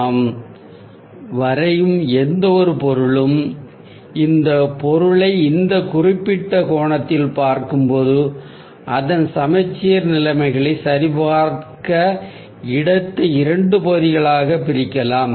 நாம் வரையும் எந்தவொரு பொருளும் இந்த பொருளை இந்த குறிப்பிட்ட கோணத்தில் பார்க்கும்போது அதன் சமச்சீர் நிலைமைகளை சரிபார்க்க இடத்தை இரண்டு பகுதிகளாக பிரிக்கலாம்